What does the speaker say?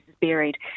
buried